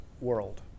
world